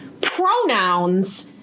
pronouns